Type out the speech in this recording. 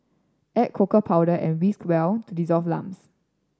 add cocoa powder and whisk well to dissolve lumps